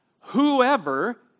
whoever